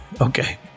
Okay